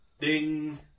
Ding